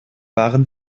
waren